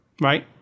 right